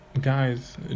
guys